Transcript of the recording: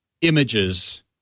images